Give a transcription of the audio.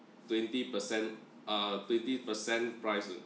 twenty percent ah twenty percent price